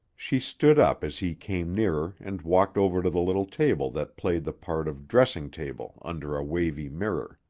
she stood up as he came nearer and walked over to the little table that played the part of dressing-table under a wavy mirror.